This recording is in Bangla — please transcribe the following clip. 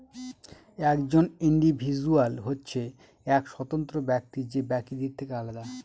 একজন ইন্ডিভিজুয়াল হচ্ছে এক স্বতন্ত্র ব্যক্তি যে বাকিদের থেকে আলাদা